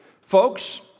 folks